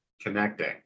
connecting